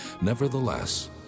Nevertheless